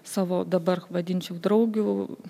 savo dabar vadinčiau draugių